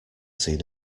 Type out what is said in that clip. seen